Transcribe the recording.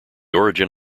origin